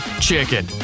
chicken